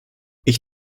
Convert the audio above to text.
ich